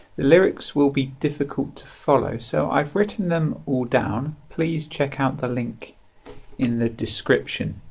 the lyrics will be difficult to follow so i've written them all down please check out the link in the description.